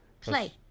play